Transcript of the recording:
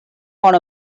want